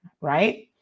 right